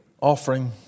offering